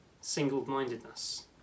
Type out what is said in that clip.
single-mindedness